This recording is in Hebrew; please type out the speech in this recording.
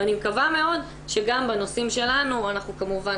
ואני מקווה מאוד שגם בנושאים שלנו אנחנו כמובן,